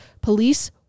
police